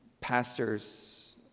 pastors